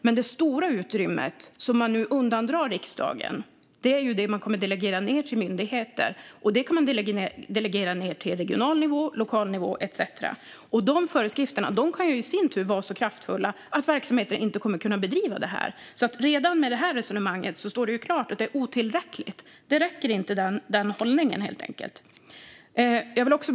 Men det stora utrymmet som man nu undandrar riksdagen är det som man kommer att delegera ned till myndigheter. Det kan man delegera ned till regional nivå, lokal nivå etcetera. Dessa föreskrifter kan i sin tur vara så kraftfulla att verksamheter inte kommer att kunna bedrivas. Redan med detta resonemang står det alltså klart att det är otillräckligt. Denna hållning räcker helt enkelt inte.